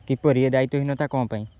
କିପରି ଦାୟିତ୍ୱହୀନତା କ'ଣ ପାଇଁ